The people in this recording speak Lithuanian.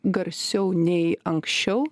garsiau nei anksčiau